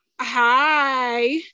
Hi